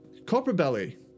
Copperbelly